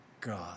God